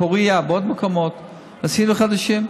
בפוריה ובעוד מקומות עשינו חדשים.